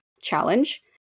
challenge